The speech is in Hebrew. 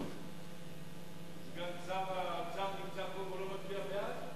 סגן שר האוצר נמצא פה והוא לא מצביע בעד?